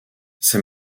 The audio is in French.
c’est